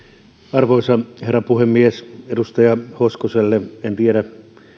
arvoisa herra puhemies edustaja hoskoselle en tiedä